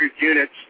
units